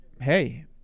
hey